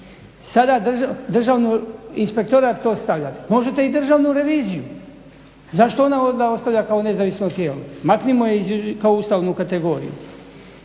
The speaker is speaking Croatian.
sada Državni inspektorat stavljate. Možete i Državnu reviziju, zašto ona onda ostaje kao nezavisno tijelo. Maknimo je kao ustavnu kategoriju.